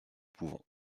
pouvons